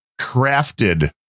crafted